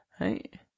Right